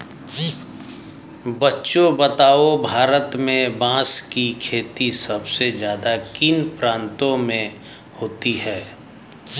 बच्चों बताओ भारत में बांस की खेती सबसे ज्यादा किन प्रांतों में होती है?